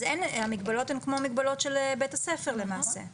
המגבלות הן כמו מגבלות של בית הספר למעשה.